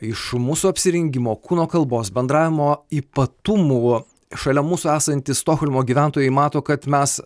iš mūsų apsirengimo kūno kalbos bendravimo ypatumų šalia mūsų esantys stokholmo gyventojai mato kad mes